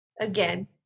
again